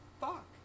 Fuck